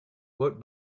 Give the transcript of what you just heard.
what